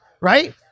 Right